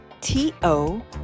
T-O